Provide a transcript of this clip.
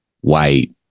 white